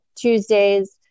Tuesdays